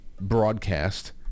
broadcast